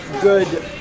good